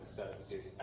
services